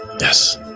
Yes